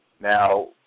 Now